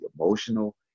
emotional